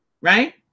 right